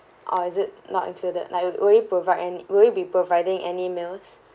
or is it not included like will you provide any will you be providing any meals